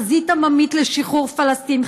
החזית העממית לשחרור פלסטין,